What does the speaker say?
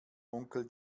onkel